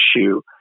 issue